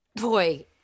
Boy